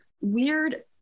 weird